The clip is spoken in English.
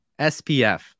SPF